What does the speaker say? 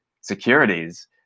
securities